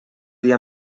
dia